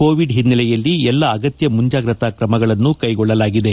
Covid ಹಿನ್ನೆಲೆಯಲ್ಲಿ ಎಲ್ಲಾ ಅಗತ್ತ ಮುಂಜಾಗ್ರತಾ ಕ್ರಮಗಳನ್ನು ಕೈಗೊಳ್ಳಲಾಗಿದೆ